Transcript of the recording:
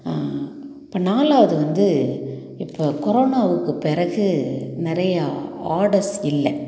இப்போ நாலாவது வந்து இப்போ கொரோனாவுக்கு பிறகு நிறையா ஆடர்ஸ் இல்லை